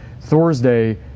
Thursday